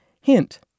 Hint